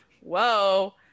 whoa